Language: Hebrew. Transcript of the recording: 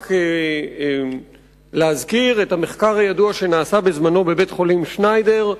רק להזכיר את המחקר הידוע שנעשה בזמנו בבית-החולים "שניידר"